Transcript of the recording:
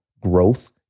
growth